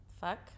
Fuck